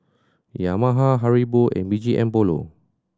Yamaha Haribo and B G M Polo